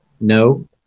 No